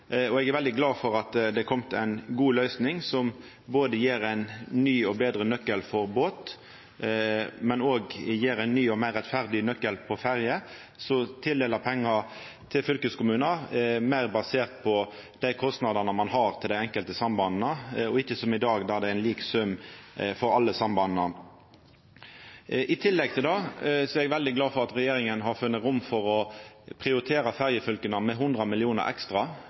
og eg er veldig glad for at det har kome ei god løysing, som både gjev ein ny og betre nøkkel for båt òg ein ny og meir rettferdig nøkkel for ferje, som tildeler pengar til fylkeskommunar meir basert på dei kostnadene ein har til dei enkelte sambanda, og ikkje som i dag, der det er ein lik sum for alle sambanda. I tillegg til det er eg veldig glad for at regjeringa har funne rom for å prioritera ferjefylka med 100 mill. ekstra,